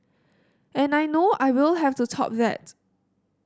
and I know I will have to top that